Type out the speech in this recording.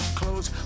close